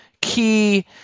key